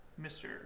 Mr